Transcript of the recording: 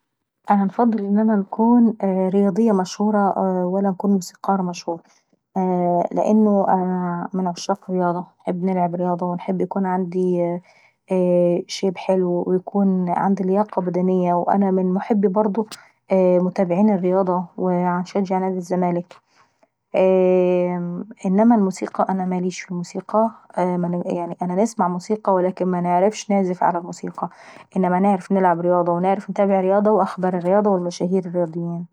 انا انفضل ان انا نكون رياضية مشهورة ولا انفضل ان انا نكون موسيقارة مهورة. لأن انا من عشاق الرياضة ونحب نلعب رياضة ونحب يكون عندي شيب حلو ويكون عندي لياقة بدنية. وانا من محبي برضه متابعين الرياضة وبشجع نادي الزمالك. انما الموسيقى انا ماليش في الموسيقى، انا نسمع موسيقى لكن منعرفش نعزف على الموسيقى. انما نعرف رياضة ونعرف نتابع رياضة واخبار مشاهير الرياضة.